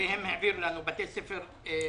והם העבירו לנו לבתי ספר בנצרת.